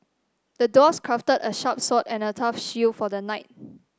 the dwarf crafted a sharp sword and a tough shield for the knight